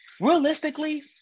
realistically